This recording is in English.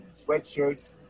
sweatshirts